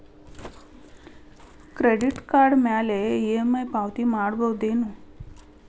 Credit card ಮ್ಯಾಲೆ EMI ಪಾವತಿ ಮಾಡ್ಬಹುದೇನು?